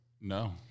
No